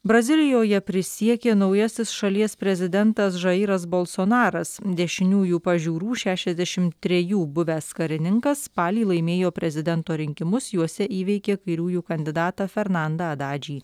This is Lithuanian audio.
brazilijoje prisiekė naujasis šalies prezidentas žairas balsonaras dešiniųjų pažiūrų šešiasdešim trejų buvęs karininkas spalį laimėjo prezidento rinkimus juose įveikė kairiųjų kandidatą fernandą adadžį